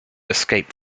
escape